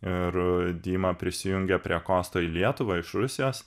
ir dima prisijungė prie kosto į lietuvą iš rusijos